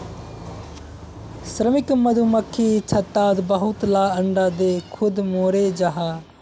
श्रमिक मधुमक्खी छत्तात बहुत ला अंडा दें खुद मोरे जहा